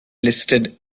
listed